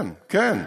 כן, כן.